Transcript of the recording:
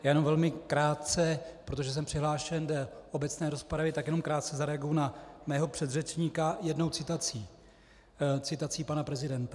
Já jenom velmi krátce, protože jsem přihlášen v obecné rozpravě, tak jenom krátce zareaguji na svého předřečníka jednou citací, citací pana prezidenta.